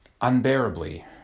unbearably